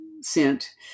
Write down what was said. sent